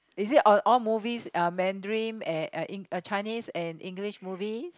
is it all movies are Mandarin and and Chinese and English movies